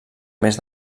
mes